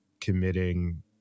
committing